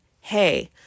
hey